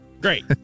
Great